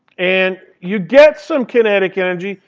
and you get some kinetic energy.